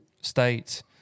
states